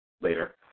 later